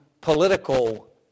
political